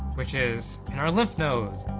which is in our lymph nodes,